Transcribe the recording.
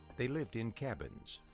they lived in cabins,